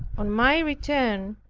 on my return,